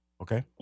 Okay